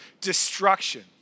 destruction